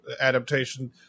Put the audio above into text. adaptation